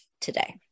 today